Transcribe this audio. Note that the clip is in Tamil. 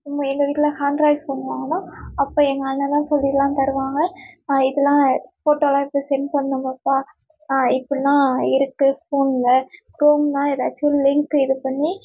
ம் எங்கள் வீட்டில் ஹாண்ட்ராய்ட் ஃபோன் வாங்கினோம் அப்போ எங்கள் அண்ணன் தான் சொல்லியெலாம் தருவாங்க இதெலாம் ஃபோட்டோலாம் எடுத்து சென்ட் பண்ணணும் பாப்பா ஆ இப்படில்லாம் இருக்குது ஃபோனில் க்ரோமெலாம் ஏதாச்சி லிங்க் இது பண்ணி